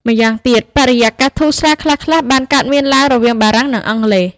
ម្យ៉ាង ទៀតបរិយាកាសធូរស្រាល ខ្លះៗ បានកើតមានឡើងរវាងបារាំង និងអង់គ្លេស។